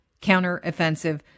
counteroffensive